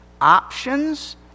options